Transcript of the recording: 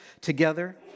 together